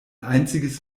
einziges